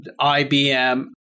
IBM